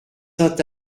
saint